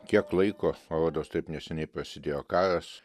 kiek laiko rodos taip neseniai prasidėjo karas